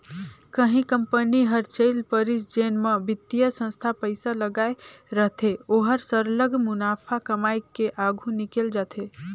कहीं कंपनी हर चइल परिस जेन म बित्तीय संस्था पइसा लगाए रहथे ओहर सरलग मुनाफा कमाए के आघु निकेल जाथे